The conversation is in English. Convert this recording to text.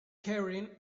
carrying